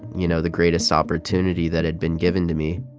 you know, the greatest opportunity that had been given to me